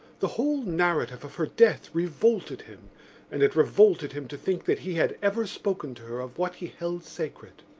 the whole narrative of her death revolted him and it revolted him to think that he had ever spoken to her of what he held sacred.